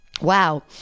Wow